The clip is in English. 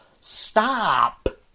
Stop